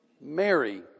Mary